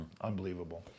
Unbelievable